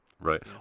Right